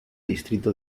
distrito